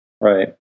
Right